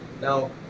Now